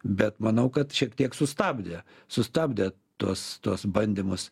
bet manau kad šiek tiek sustabdė sustabdė tuos tuos bandymus